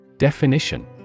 Definition